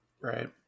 Right